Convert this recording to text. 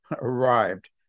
arrived